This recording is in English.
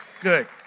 Good